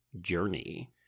journey